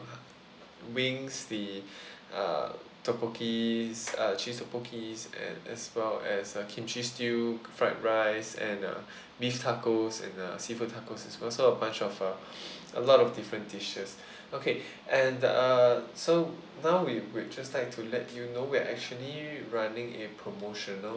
wings the uh tteokbokkis uh cheese tteokbokkis and as well as a kimchi stew fried rice and uh beef tacos and uh seafood tacos as well so a bunch of uh a lot of different dishes okay and uh so now we we'd just like to let you know we are actually running a promotional